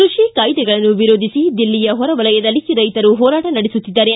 ಕೃಷಿ ಕಾಯ್ದೆಗಳನ್ನು ವಿರೋಧಿಸಿ ದಿಲ್ಲಿಯ ಹೊರವಲಯದಲ್ಲಿ ರೈತರು ಹೋರಾಟ ನಡೆಸುತ್ತಿದ್ದಾರೆ